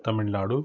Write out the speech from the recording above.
Tamil Nadu